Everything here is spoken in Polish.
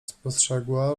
spostrzegła